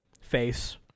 Face